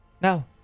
Now